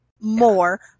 more